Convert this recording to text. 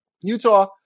Utah